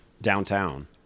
downtown